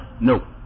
No